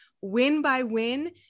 win-by-win